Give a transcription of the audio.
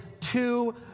two